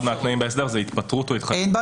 מהתנאים בהסדר זה התפטרות או --- אבל זה לא קורה.